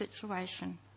situation